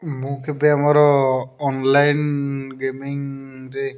ମୁଁ କେବେ ଆମର ଅନ୍ଲାଇନ୍ ଗେମିଙ୍ଗ୍ ରେ